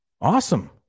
awesome